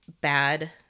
bad